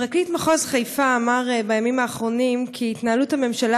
פרקליט מחוז חיפה אמר בימים האחרונים כי התנהלות הממשלה